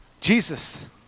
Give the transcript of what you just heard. Jesus